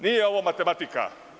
Nije ovo matematika.